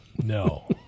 No